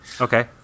Okay